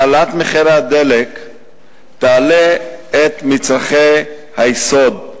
העלאת מחירי הדלק תעלה את מחירי מצרכי היסוד,